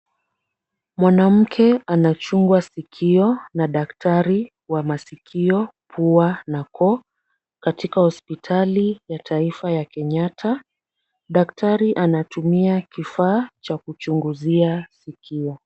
Mwanamke anachungwa sikio na daktari wa masikio, pua na koo, katika hospitali ya taifa ya Kenyatta. Daktari anatumia kifaa cha kuchunguzia sikio.